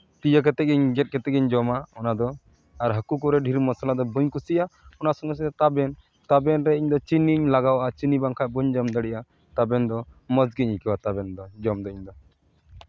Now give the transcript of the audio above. ᱤᱭᱟᱹ ᱠᱟᱛᱮ ᱜᱮᱧ ᱜᱮᱛ ᱠᱟᱛᱮ ᱜᱮᱧ ᱡᱚᱢᱟ ᱚᱱᱟᱫᱚ ᱟᱨ ᱦᱟᱹᱠᱩ ᱠᱚᱨᱮᱜ ᱰᱷᱮᱨ ᱢᱚᱥᱞᱟ ᱫᱚ ᱵᱟᱹᱧ ᱠᱩᱥᱤᱭᱟᱜᱼᱟ ᱚᱱᱟ ᱥᱚᱸᱜᱮ ᱥᱚᱸᱜᱮ ᱛᱟᱵᱮᱱ ᱨᱮ ᱤᱧᱫᱚ ᱪᱤᱱᱤᱧ ᱞᱟᱜᱟᱣ ᱟᱜᱼᱟ ᱪᱤᱱᱤ ᱵᱟᱝᱠᱷᱟᱡ ᱵᱟᱹᱧ ᱡᱚᱢ ᱫᱟᱲᱮᱭᱟᱜᱼᱟ ᱛᱟᱵᱮᱱ ᱫᱚ ᱢᱚᱡᱽ ᱜᱤᱧ ᱟᱹᱭᱠᱟᱹᱣᱟ ᱛᱟᱵᱮᱱ ᱫᱚ ᱡᱚᱢ ᱫᱚ ᱤᱧᱫᱚ